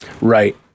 Right